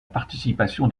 participation